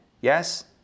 Yes